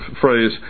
phrase